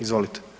Izvolite.